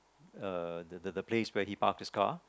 uh the the the place where he park his car